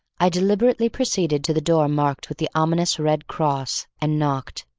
i deliberately proceeded to the door marked with the ominous red cross and knocked.